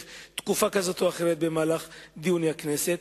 תקופה כזאת או אחרת במהלך דיוני הכנסת.